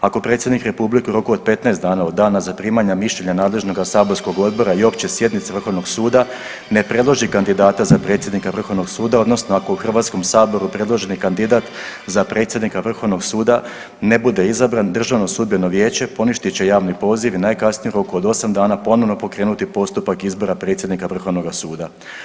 Ako predsjednik Republike u roku od 15 dana od dana zaprimanja mišljenja nadležnoga saborskog odbora i opće sjednice Vrhovnog suda ne predloži kandidata za predsjednika Vrhovnog suda odnosno ako u Hrvatskom saboru predloženi kandidat za predsjednika Vrhovnoga suda ne bude izabran Državno sudbeno vijeće poništit će javni poziv i najkasnije u roku od 8 dana ponovno pokrenuti postupak izbora predsjednika Vrhovnoga suda.